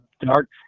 dark